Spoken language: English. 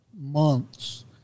months